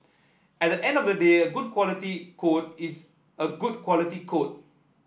at the end of the day a good quality code is a good quality code